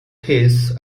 teats